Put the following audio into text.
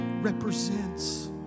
represents